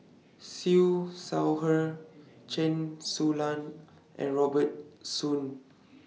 Siew Shaw Her Chen Su Lan and Robert Soon